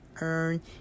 earn